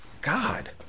God